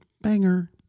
Banger